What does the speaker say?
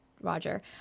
Roger